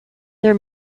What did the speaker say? their